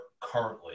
currently